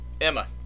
Emma